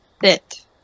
fit